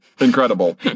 incredible